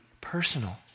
personal